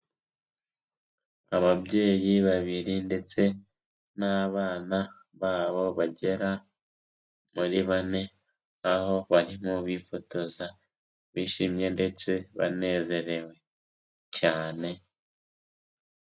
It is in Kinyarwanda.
Ababyeyi babiri ndetse n'abana babo bagera muri bane, aho barimo bifotoza bishimye ndetse banezerewe cyane.